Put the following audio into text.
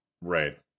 Right